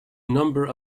number